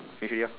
finish already lor